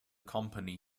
company